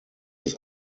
des